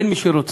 אין מי שרוצה